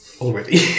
already